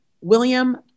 William